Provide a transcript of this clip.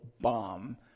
bomb